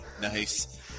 Nice